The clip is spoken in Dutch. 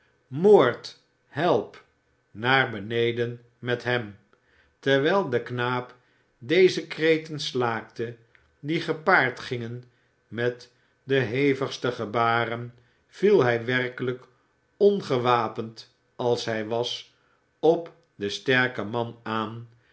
moord help naar beneden met hem terwijl de knaap deze kreten slaakte die gepaard gingen met de hevigste gebaren viel hij werkelijk ongewapend als hij was op den sterken man aan